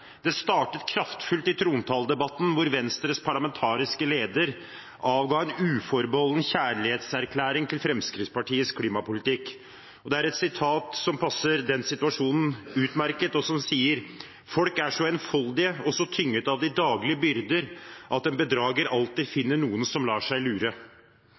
Det startet kraftfullt i trontaledebatten, hvor Venstres parlamentariske leder avga en uforbeholden kjærlighetserklæring til Fremskrittspartiets klimapolitikk. Det er et sitat som passer den situasjonen utmerket, nemlig: «Folk er så enfoldige og så tynget av de daglige byrder at en bedrager alltid finner noen som lar seg lure.»